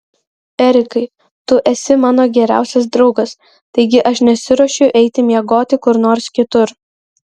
erikai tu esi mano geriausias draugas taigi aš nesiruošiu eiti miegoti kur nors kitur